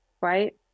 right